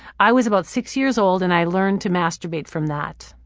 i was about six years old and i learned to masturbate from that.